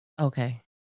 Okay